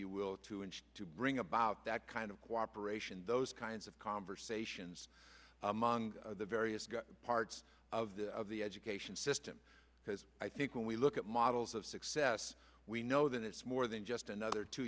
you will to and to bring about that kind of cooperation those kinds of conversations among the various parts of the of the education system because i think when we look at models of success we know that it's more than just another two